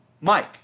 Mike